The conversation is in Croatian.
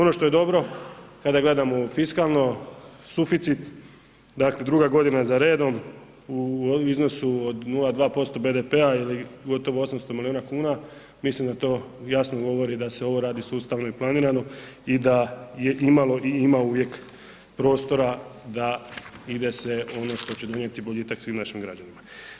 Ono što je dobro kada gledamo fiskalno, suficit druga godina za redom u iznosu od 0,2% BDP-a ili gotovo 800 milijuna kuna, mislim da to jasno govori da se ovo radi sustavno i planirano i da je imalo i ima uvijek prostora da ide se ono što će donijeti boljitak svim našim građanima.